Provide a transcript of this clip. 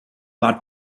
that